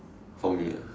for me ah